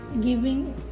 giving